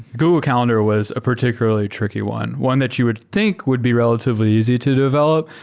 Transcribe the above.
google calendar was a particularly tricky one. one that you would think would be relatively easy to develop,